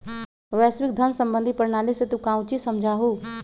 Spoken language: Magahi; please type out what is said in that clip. वैश्विक धन सम्बंधी प्रणाली से तू काउची समझा हुँ?